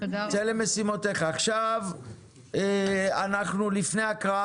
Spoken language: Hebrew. עכשיו אנחנו לפני הקראה,